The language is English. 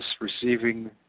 receiving